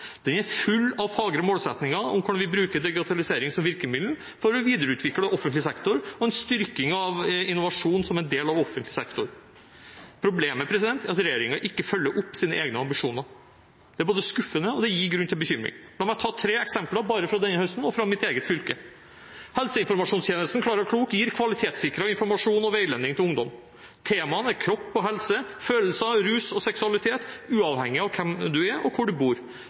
Den er full av fagre målsettinger om hvordan vi kan bruke digitalisering som virkemiddel for å videreutvikle offentlig sektor og en styrking av innovasjonen som en del av offentlig sektor. Problemet er at regjeringen ikke følger opp sine egne ambisjoner. Det er både skuffende og gir grunn til bekymring. La meg ta tre eksempler bare fra denne høsten og fra mitt eget fylke: Helseinformasjonstjenesten Klara Klok gir kvalitetssikret informasjon og veiledning til ungdom. Temaene er kropp og helse, følelser, rus og seksualitet – uavhengig av hvem en er, og hvor en bor,